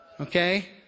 okay